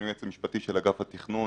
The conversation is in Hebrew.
אני היועץ המשפטי של אגף התכנון.